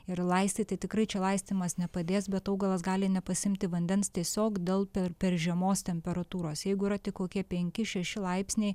ir laistyti tikrai čia laistymas nepadės bet augalas gali nepasiimti vandens tiesiog dėl per per žemos temperatūros jeigu yra tik kokie penki šeši laipsniai